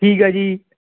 ਠੀਕ ਹੈ ਜੀ